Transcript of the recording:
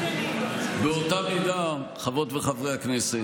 באותה מידה, חברות וחברי הכנסת,